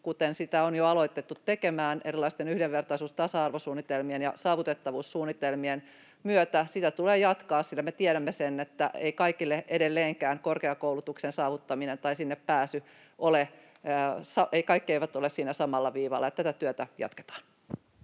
jota on jo alettu tekemään erilaisten yhdenvertaisuus- ja tasa-arvosuunnitelmien ja saavutettavuussuunnitelmien myötä. Sitä tulee jatkaa, sillä me tiedämme sen, että eivät kaikki edelleenkään korkeakoulutuksen saavuttamisessa tai sinne pääsyssä ole samalla viivalla. Tätä työtä jatketaan.